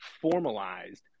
formalized